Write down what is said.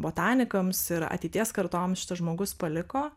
botanikams ir ateities kartoms šitas žmogus paliko